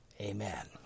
amen